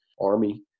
Army